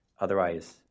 otherwise